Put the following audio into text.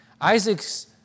Isaac's